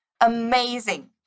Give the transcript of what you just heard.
Amazing